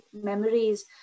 memories